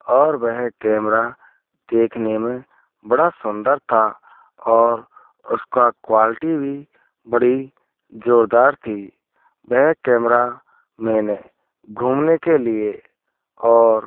और वह कैमरा देखने में बड़ा सुंदर था और उसका क्वालिटी भी बड़ी जोरदार थी वह कैमरा मैंने घूमने के लिए और